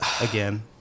again